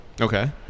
Okay